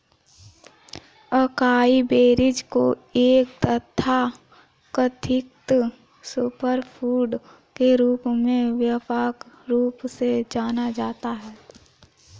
acai berries को एक तथाकथित सुपरफूड के रूप में व्यापक रूप से जाना जाता है